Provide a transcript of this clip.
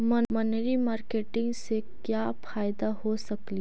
मनरी मारकेटिग से क्या फायदा हो सकेली?